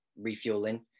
refueling